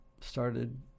started